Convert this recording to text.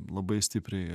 labai stipriai